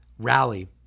rally